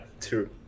true